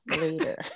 later